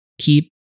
keep